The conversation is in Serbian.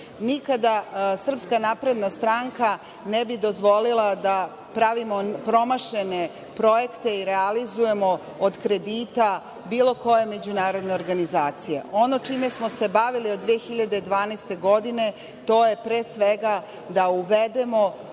Nikada SNS ne bi dozvolila da pravimo promašene projekte i realizujemo od kredita bilo koje međunarodne organizacije. Ono čime smo se bavili od 2012. godine jeste, pre svega, da uvedemo